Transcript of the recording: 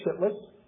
shitless